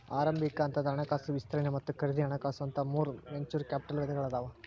ಆರಂಭಿಕ ಹಂತದ ಹಣಕಾಸು ವಿಸ್ತರಣೆ ಮತ್ತ ಖರೇದಿ ಹಣಕಾಸು ಅಂತ ಮೂರ್ ವೆಂಚೂರ್ ಕ್ಯಾಪಿಟಲ್ ವಿಧಗಳಾದಾವ